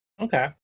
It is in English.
Okay